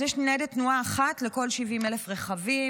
יש ניידת תנועה אחת לכל 70,000 רכבים.